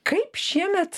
kaip šiemet